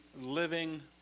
living